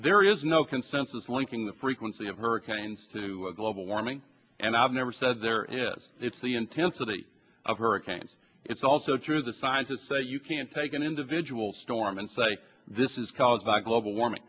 there is no consensus linking the frequency of hurricanes to global warming and i've never said there is it's the intensity of hurricanes it's also true the scientists say you can take an individual storm and say this is caused by global warming